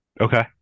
Okay